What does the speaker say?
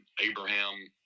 Abraham